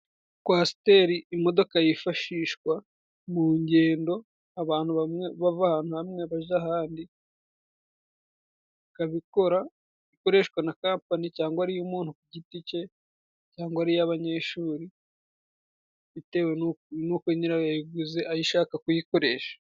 kwasiteri imodoka yifashishwa mu ngendo ,abantu bamwe bava ahantu hamwe baja ahandi ,ikabikora ikoreshwa na kampani cyangwa ari iy'umuntu ku giti cye cyangwa ari iy'abanyeshuri bitewe nuko nyirayo yayiguze ayishaka kuyikoresha.